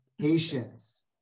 patience